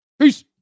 Peace